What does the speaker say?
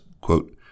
quote